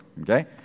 okay